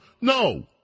No